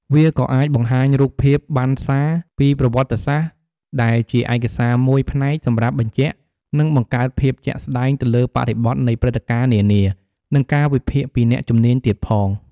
វាក៏អាចបង្ហាញរូបភាពបណ្ណសារពីប្រវត្តិសាស្ត្រ ដែលជាឯកសារមួយផ្នែកសម្រាប់បញ្ជាក់និងបង្កើតភាពជាក់ស្តែងទៅលើបរិបទនៃព្រឹត្តិការណ៍នានា និងការវិភាគពីអ្នកជំនាញទៀតផង។